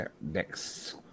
next